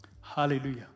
Hallelujah